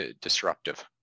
disruptive